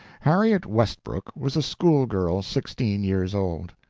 harriet westbrook was a school-girl sixteen years old.